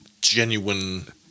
genuine